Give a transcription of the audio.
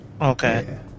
okay